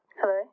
Hello